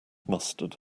mustard